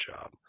job